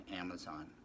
Amazon